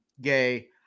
gay